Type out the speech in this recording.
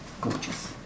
Gorgeous